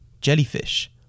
jellyfish